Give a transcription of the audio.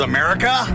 America